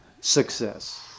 success